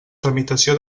tramitació